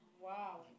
Wow